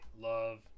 love